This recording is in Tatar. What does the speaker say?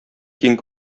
киң